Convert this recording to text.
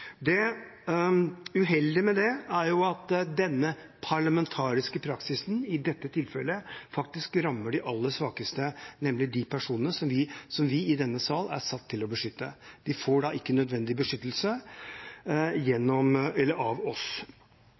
Det uheldige med det er at denne parlamentariske praksisen i dette tilfellet faktisk rammer de aller svakeste, nemlig de personene vi i denne sal er satt til å beskytte. De får da ikke nødvendig beskyttelse av oss.